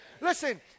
Listen